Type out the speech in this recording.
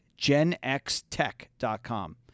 genxtech.com